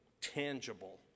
tangible